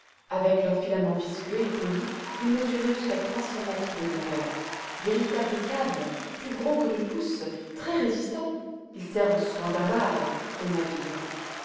avec leurs filaments visqueux et polis ils mesuraient jusqu'à trois cents mètres de longueur véritables câbles plus gros que le pouce très résistants ils servent souvent d'amarres aux navires